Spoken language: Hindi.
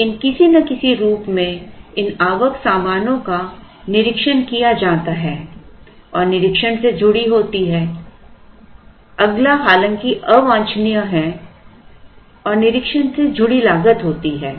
लेकिन किसी न किसी रूप में इन आवक सामानों का निरीक्षण किया जाता है और निरीक्षण से जुड़ी लागत होती है